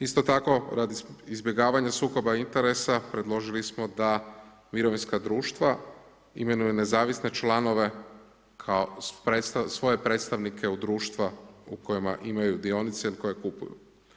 Isto tako radi izbjegavanja sukoba interesa predložili smo da mirovinska društva imenuju nezavisne članove kao svoje predstavnike u društva u kojima imaju dionice ili koje kupuju.